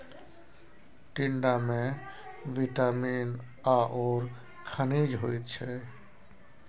टिंडामे विटामिन आओर खनिज होइत छै